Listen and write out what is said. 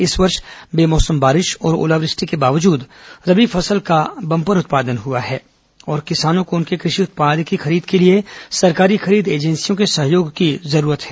इस वर्ष बेमौसम बारिश और ओलावृष्टि के बावजूद रबी फसल का बंपर उत्पादन हुआ है और किसानों को उनके कृषि उत्पाद की खरीद के लिए सरकारी खरीद एजेंसियों के सहयोग की जरूरत है